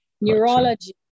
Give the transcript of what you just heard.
neurology